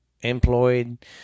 employed